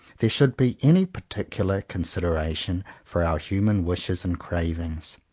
there should be any particular consideration for our human wishes and cravings.